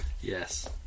yes